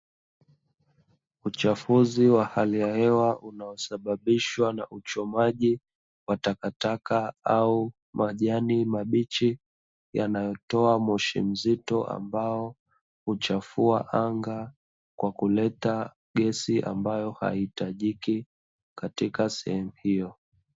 Uchafuzi wa hali ya hewa unaosababishwa na uchomaji wa takataka au majani mabichi yanayotoa moshi mzito, ambao uchafua anga kwa kuleta gesi ambayo hahiitajiki katika sehemu hiyo.